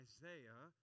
Isaiah